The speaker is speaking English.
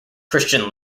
christian